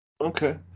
okay